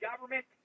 Government